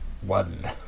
One